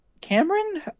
Cameron